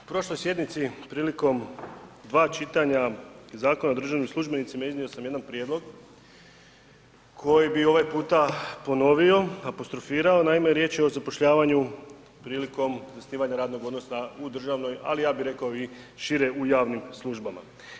U prošloj sjednici, prilikom 2 čitanja Zakona o državnim službenicima iznio sam jedan prijedlog koji bi ovaj puta ponovio, apostrofirao, naime, riječ je o zapošljavanju prilikom zasnivanja radnog odnosa u državnoj, ali ja bih rekao i šire, u javnim službama.